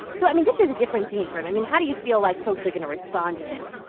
so i mean, this is a different scene for him. i mean, how do you feel like folks are going to respond to him?